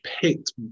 picked